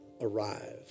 arrive